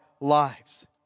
lives